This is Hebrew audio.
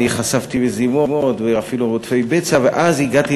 אני חשפתי מזימות ואפילו רודפי בצע.